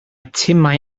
timau